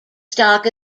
stock